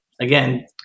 again